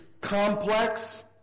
complex